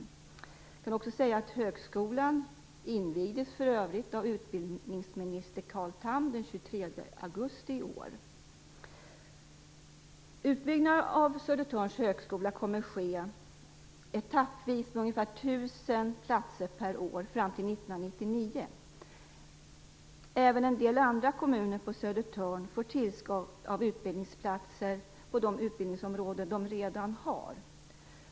Jag kan också säga att högskolan för övrigt invigdes av utbildningsminister Carl Tham den Utbyggnaden av Södertörns högskola kommer att ske etappvis med ungefär 1 000 platser per år fram till 1999. Även en del andra kommuner på Södertörn får tillskott av utbildningsplatser på de utbildningsområden de redan har.